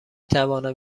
توانم